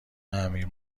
امیر